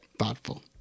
Thoughtful